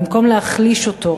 במקום להחליש אותו,